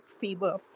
fever